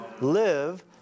Live